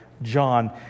John